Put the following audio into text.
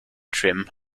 trim